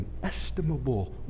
inestimable